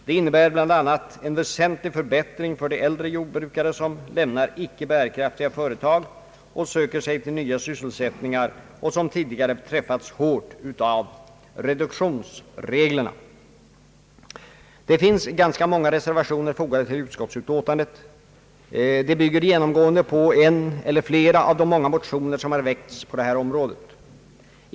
Det innebär bl.a. en väsentlig förbättring för de äldre jordbrukare som lämnar icke bärkraftiga företag och söker sig nya sysselsättningar och som tidigare träffats hårt av reduktionsreglerna. Det finns ganska många reservationer fogade till utskottsutlåtandet. De bygger genomgående på en eller flera av de många motioner som har väckts på det här området.